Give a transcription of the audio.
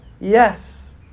Yes